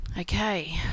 Okay